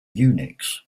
unix